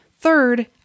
Third